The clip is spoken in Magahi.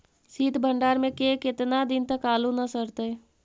सित भंडार में के केतना दिन तक आलू न सड़तै?